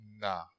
nah